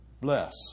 bless